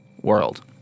world